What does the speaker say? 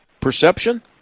perception